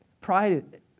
pride